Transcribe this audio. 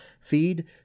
feed